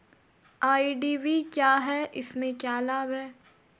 IDV क्या है इसमें क्या लाभ है?